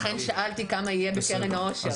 לכן שאלתי כמה יהיה בקרן העושר.